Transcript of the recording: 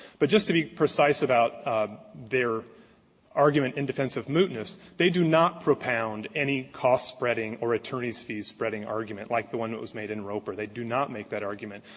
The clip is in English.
but just to be precise about their argument in defense of mootness, they do not propound any cost-spreading or attorneys'-fee-spreading argument, like the one that was made in roper. they do not make that argument.